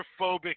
claustrophobic